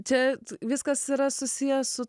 čia viskas yra susiję su